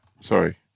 sorry